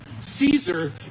caesar